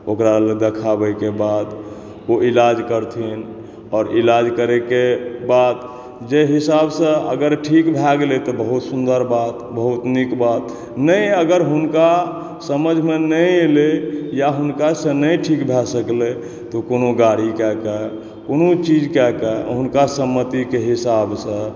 ओकरा देखाबैके बाद ओ इलाज करथिन और इलाज करैके बाद जे हिसाब सँ अगर ठीक भए गेलै तऽ बहुत सुन्दर बात तऽ बहुत निक बात नहि अगर हुनका समझमे नहि एलै या हुनका सँ नहि ठीक भऽ सकलै तऽ कोनो गाड़ी कए कऽ कोनो चीज कए कऽ हुनका सहमतिके हिसाब सँ